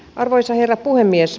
arvoisa herra puhemies